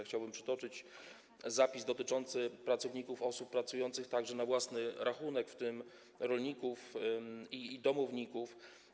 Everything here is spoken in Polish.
Chciałbym przytoczyć zapis dotyczący pracowników, osób pracujących na własny rachunek, w tym rolników i domowników.